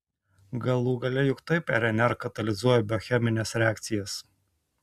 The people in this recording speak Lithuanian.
galų gale juk taip rnr katalizuoja biochemines reakcijas